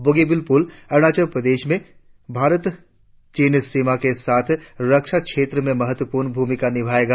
बोगीबील पुल अरुणाचल प्रदेश में भारत चीन सीमा के साथ रक्षा क्षेत्र में महत्वपूर्ण भूमिका निभाएगा